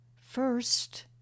First